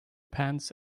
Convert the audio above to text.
pants